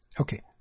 okay